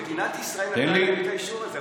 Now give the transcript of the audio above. מדינת ישראל נתנה להם את האישור הזה,